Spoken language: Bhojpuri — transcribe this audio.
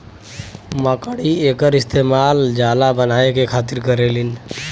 मकड़ी एकर इस्तेमाल जाला बनाए के खातिर करेलीन